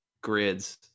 grids